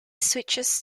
switches